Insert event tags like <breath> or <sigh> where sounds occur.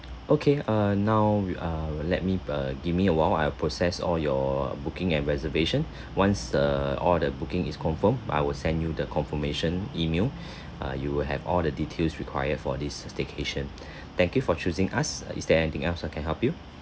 okay err now we err let me err give me a while I process all your booking and reservation once err all the booking is confirmed I will send you the confirmation email <breath> uh you will have all the details required for this staycation <breath> thank you for choosing us is there anything else I can help you